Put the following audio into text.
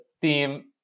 theme